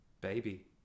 baby